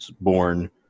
born